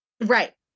Right